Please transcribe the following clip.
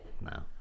No